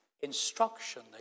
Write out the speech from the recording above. Instruction